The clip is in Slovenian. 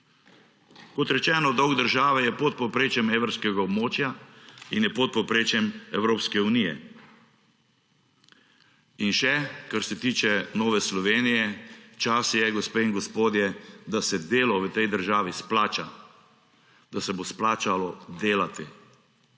Kot rečeno, dolg države je pod povprečjem evrskega območja in je pod povprečjem Evropske unije. In še, kar se tiče Nove Slovenije, čas je, gospe in gospodje, da se delo v tej državi splača, da se bo splačalo delati.